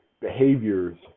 behaviors